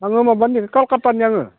आङो माबानि कलकाटानि आङो